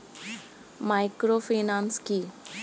Microfinance কি?